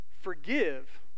Forgive